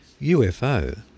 UFO